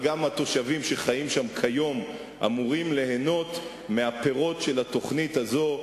אבל גם התושבים שחיים שם היום אמורים ליהנות מהפירות של התוכנית הזאת,